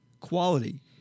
quality